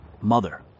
mother